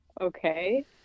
okay